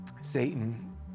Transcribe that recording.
Satan